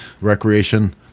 Recreation